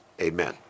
amen